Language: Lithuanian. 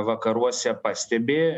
vakaruose pastebi